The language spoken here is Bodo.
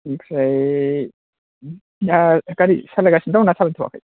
ओमफ्राय दा गारि सालायगासिनो दं ना सालायथ'वाखै